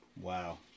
Wow